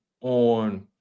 on